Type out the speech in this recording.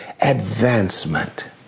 advancement